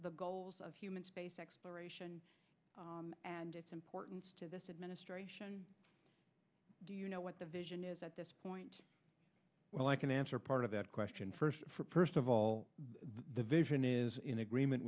the goals of human space exploration and it's important to this administration do you know what the vision is at this point well i can answer part of that question first for percival the vision is in agreement